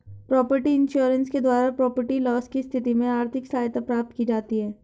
property insurance के द्वारा property loss की स्थिति में आर्थिक सहायता प्राप्त की जाती है